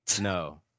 No